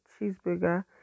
cheeseburger